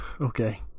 Okay